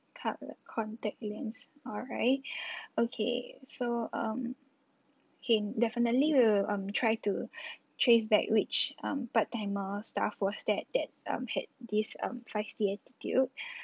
cut~ uh contact lens alright okay so um okay definitely we'll um try to trace back which um part timer staff was that that um had this um feisty attitude